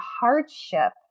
hardship